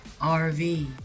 RV